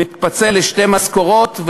הוא מתפצל לשתי משכורות,